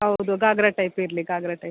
ಹೌದು ಗಾಗ್ರಾ ಟೈಪ್ ಇರಲಿ ಗಾಗ್ರಾ ಟೈಪ್